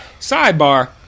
Sidebar